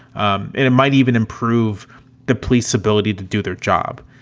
ah it might even improve the police ability to do their job.